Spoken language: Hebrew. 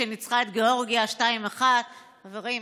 שניצחה את גיאורגיה 2:1. חברים,